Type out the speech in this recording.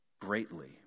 greatly